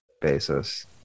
basis